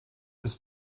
ist